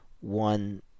one